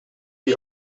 die